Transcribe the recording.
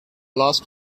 last